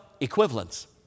Equivalents